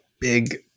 big